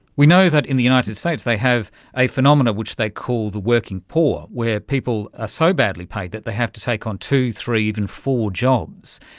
we know that in the united states they have a phenomena which they call the working poor where people are ah so badly paid that they have to take on two, three, even four jobs.